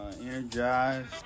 Energized